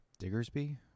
Diggersby